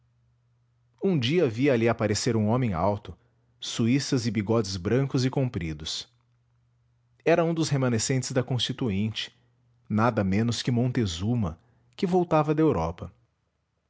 um dia vi ali aparecer um homem alto suíças e bigodes brancos e compridos era um dos remanescentes da constituinte nada menos que montezuma que voltava da europa